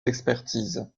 d’expertise